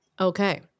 Okay